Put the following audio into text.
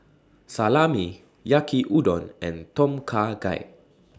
Salami Yaki Udon and Tom Kha Gai